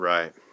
Right